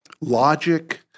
logic